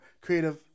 Creative